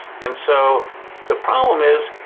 and so the problem is,